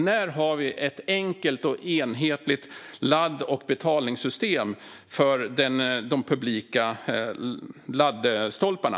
När har vi ett enkelt och enhetligt ladd och betalningssystem för de publika laddstolparna?